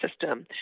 system